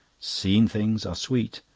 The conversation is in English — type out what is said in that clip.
seen things are sweet,